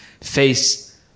face